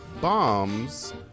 bombs